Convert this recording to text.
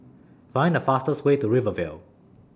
Find The fastest Way to Rivervale